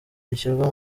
gishyirwa